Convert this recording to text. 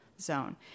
zone